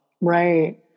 right